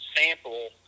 sample